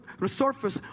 resurface